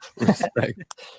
respect